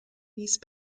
these